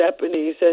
Japanese